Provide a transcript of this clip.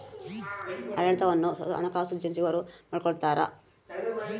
ಆಡಳಿತವನ್ನು ಹಣಕಾಸು ಸಚಿವರು ನೋಡಿಕೊಳ್ತಾರ